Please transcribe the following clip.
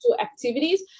activities